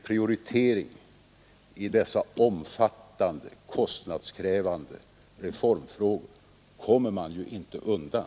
Prioriteringar när det gäller omfattande och kostnadskrävande reformfrågor kommer man inte undan.